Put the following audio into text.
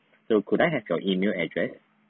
so could I have your email address